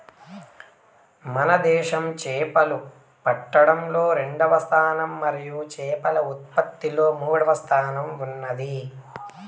మన దేశం చేపలు పట్టడంలో రెండవ స్థానం మరియు చేపల ఉత్పత్తిలో మూడవ స్థానంలో ఉన్నాది